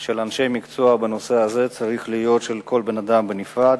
של אנשי מקצוע בנושא הזה צריכה להיות של כל בן-אדם בנפרד.